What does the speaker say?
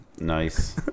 Nice